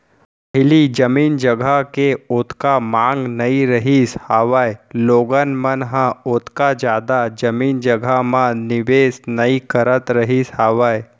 पहिली जमीन जघा के ओतका मांग नइ रहिस हावय लोगन मन ह ओतका जादा जमीन जघा म निवेस नइ करत रहिस हावय